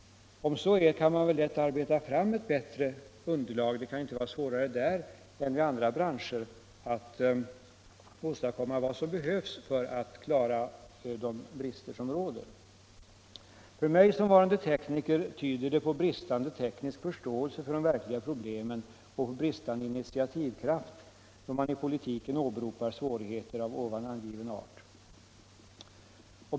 Om så är, kan man väl lätt arbeta fram ett bättre underlag. Det kan inte vara svårare där än inom andra branscher att åstadkomma vad som behövs för att avhjälpa de brister som råder. För mig såsom tekniker tyder det på bristande teknisk förståelse för de verkliga problemen och på bristande initiativkraft, då man i politiken åberopar svårigheter av den art jag nu angivit.